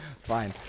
Fine